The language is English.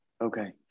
Okay